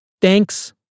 Thanks